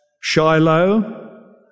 Shiloh